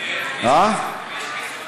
אבל יש כסף עודף.